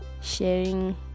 sharing